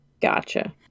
Gotcha